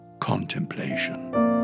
contemplation